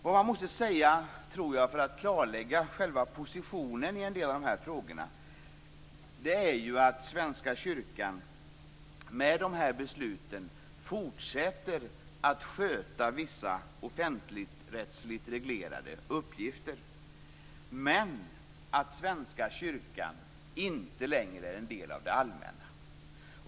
Vad som måste sägas för att klarlägga själva positionen i dessa frågor tror jag är att Svenska kyrkan, med dessa beslut, fortsätter att sköta vissa offentligrättsligt reglerade uppgifter men att Svenska kyrkan inte längre är en del av det allmänna.